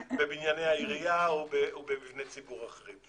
בבנייני העירייה או במבני ציבור אחרים.